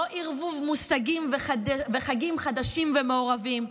לא ערבוב מושגים וחגים חדשים ומעורבים,